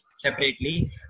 Separately